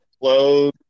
clothes